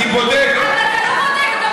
אבל זה החיים שלנו.